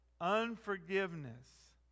Unforgiveness